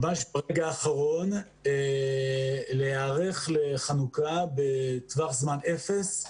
ממש ברגע האחרון להיערך לחנוכה בטווח זמן אפס.